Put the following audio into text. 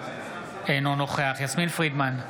אינו נוכח יסמין פרידמן,